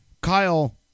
Kyle